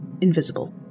invisible